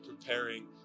preparing